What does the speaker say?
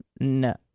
No